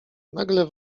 nagle